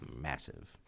massive